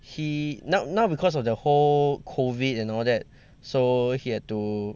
he now now because of the whole COVID and all that so he had to